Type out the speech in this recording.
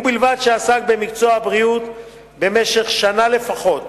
ובלבד שעסק במקצוע הבריאות במשך שנה לפחות